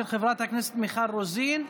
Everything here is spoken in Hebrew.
של חברת הכנסת מיכל רוזין.